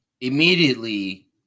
Immediately